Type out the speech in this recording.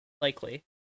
likely